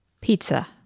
Pizza